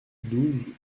douze